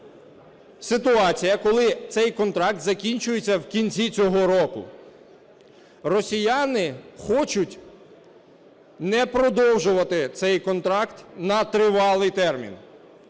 ситуація, коли цей контракт закінчується в кінці цього року. Росіяни хочуть не продовжувати цей контракт на тривалий термін.